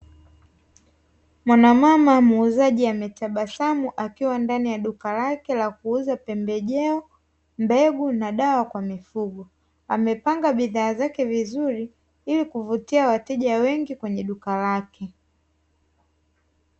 Mwanamama muuzaji ametabasamu akiwa ndani ya duka lake la kuuza pembejeo, mbegu na dawa kwa mifugo, amepanga bidhaa zake vizuri ili kuvutia wateja wengi kwenye duka lake.